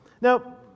Now